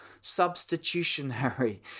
substitutionary